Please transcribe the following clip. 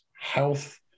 health